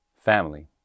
family